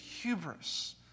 hubris